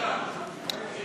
(תיקון מס' 117,